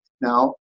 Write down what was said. Now